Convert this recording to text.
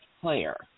player